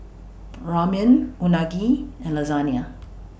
Ramen Unagi and Lasagne